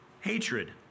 hatred